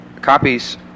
copies